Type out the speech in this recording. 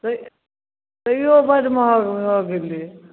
तहियो तहियो बड महग भऽ गेलै